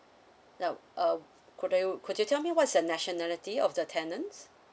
nope uh could you could you tell me what's your nationality of the tenants